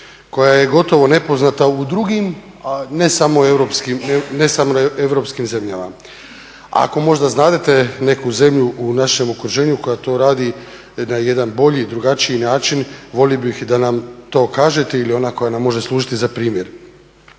koja je gotov nepoznata u drugim, a ne samo u europskim zemljama. Ako možda znadete neku zemlju u našem okruženju koja to radi na jedan bolji i drugačiji način, volio bih da nam to kažete ili ona koja nam može služiti za primjer.